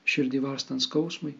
širdį varstant skausmui